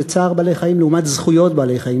צער בעלי-חיים לעומת זכויות בעלי-חיים.